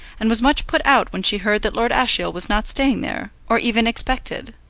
and was much put out when she heard that lord ashiel was not staying there, or even expected.